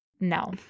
No